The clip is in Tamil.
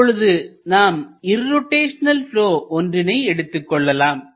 இப்பொழுது நாம் ஒரு இர்ரோட்டைஷனல் ப்லொ ஒன்றினை எடுத்துக்கொள்ளலாம்